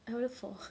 I ordered four